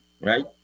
Right